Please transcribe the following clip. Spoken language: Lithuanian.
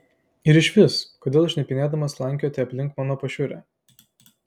ir išvis kodėl šnipinėdamas slankiojate aplink mano pašiūrę